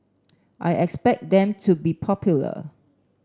I expect them to be popular